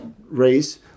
race